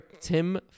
Tim